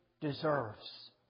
deserves